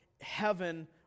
heaven